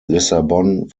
lissabon